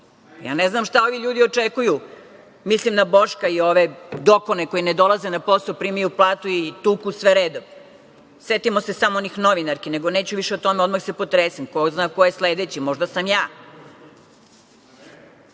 znam šta ovi ljudi očekuju? Mislim na Boška i ove dokone koji ne dolaze na posao, primaju platu i tuku sve redom. Setimo se samo onih novinarki, nego neću više o tome odmah se potresem, ko zna ko je sledeći, možda sam